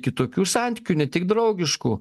kitokių santykių ne tik draugiškų